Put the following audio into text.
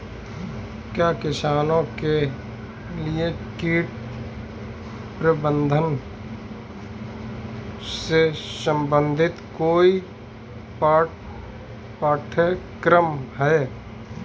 क्या किसानों के लिए कीट प्रबंधन से संबंधित कोई पाठ्यक्रम है?